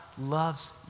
loves